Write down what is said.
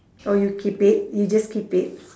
oh you keep it you just keep it